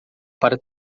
para